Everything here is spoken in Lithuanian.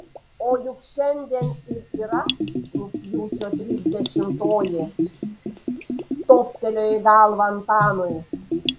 o juk šiandien ir yra rugpjūčio trisdešimtoji toptelėjo į galvą antanui